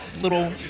little